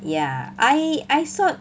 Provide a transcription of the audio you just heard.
ya I I thought